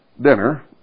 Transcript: dinner